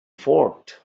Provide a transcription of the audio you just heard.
fort